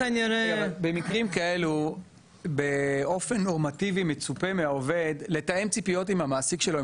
במקרים כאלה באופן נורמטיבי מצופה מהעובד לתאם ציפיות עם המעסיק שלו,